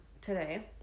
today